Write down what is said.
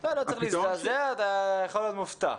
לא צריך להזדעזע, אתה יכול להיות מופתע.